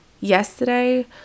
Yesterday